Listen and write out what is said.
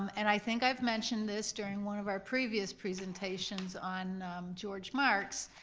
um and i think i've mentioned this during one of our previous presentations on george marks,